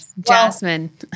Jasmine